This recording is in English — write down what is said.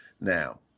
Now